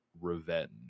Revenge